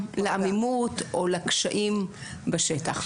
לעמימות או לקשיים בשטח.